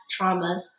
traumas